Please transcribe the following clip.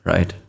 Right